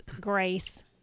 Grace